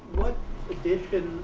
what edition